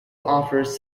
offers